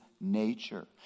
nature